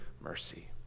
mercy